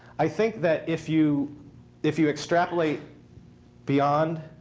i think that if you if you extrapolate beyond,